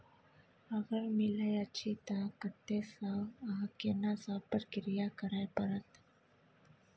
अगर मिलय अछि त कत्ते स आ केना सब प्रक्रिया करय परत?